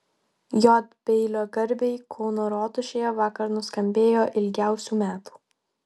j beilio garbei kauno rotušėje vakar nuskambėjo ilgiausių metų